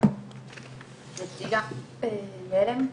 אני נציגה בעל"ם,